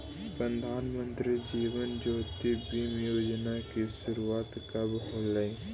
प्रधानमंत्री जीवन ज्योति बीमा योजना की शुरुआत कब होलई